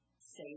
Say